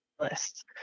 list